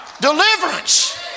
Deliverance